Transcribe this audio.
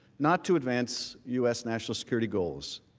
not to advance u s. national security goals.